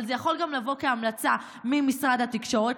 אבל זה יכול גם לבוא כהמלצה ממשרד התקשורת,